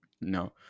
No